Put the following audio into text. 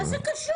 מה זה קשור?